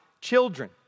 children